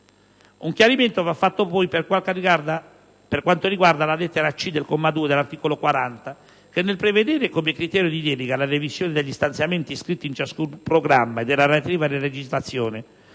Un chiarimento va fatto poi per quanto riguarda la lettera *c)* del comma 2 dell'articolo 40, che, nel prevedere come criterio di delega la revisione degli stanziamenti iscritti in ciascun programma e della relativa legislazione